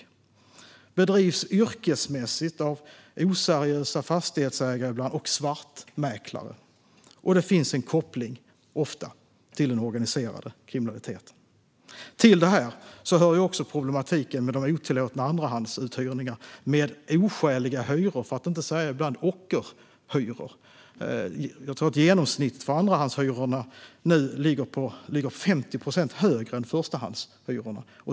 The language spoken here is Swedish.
Detta bedrivs yrkesmässigt av oseriösa fastighetsägare och svartmäklare, och det finns ofta en koppling till den organiserade kriminaliteten. Till detta hör också problematiken med otillåtna andrahandsuthyrningar med oskäliga hyror, för att inte säga ockerhyror, som det är ibland. Jag tror att genomsnittet för andrahandshyrorna nu ligger 50 procent högre än förstahandshyrorna.